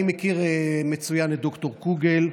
אני מכיר מצוין את ד"ר קוגל,